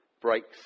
breaks